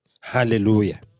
Hallelujah